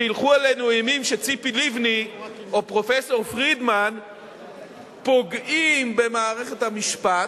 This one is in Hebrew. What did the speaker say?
כשהילכו עלינו אימים שציפי לבני או פרופסור פרידמן פוגעים במערכת המשפט,